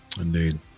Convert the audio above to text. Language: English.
Indeed